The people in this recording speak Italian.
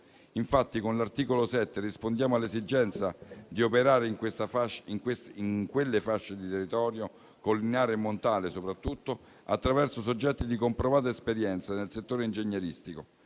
Infatti, con l'articolo 7 rispondiamo all'esigenza di operare soprattutto nelle fasce di territorio collinari e montane, attraverso soggetti di comprovata esperienza nel settore ingegneristico.